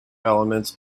elements